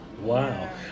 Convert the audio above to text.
wow